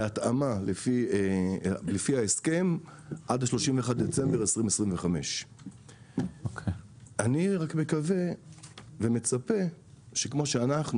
בהתאמה לפי ההסכם עד 31 בדצמבר 2025. אני מקווה ומצפה שכמו שאנחנו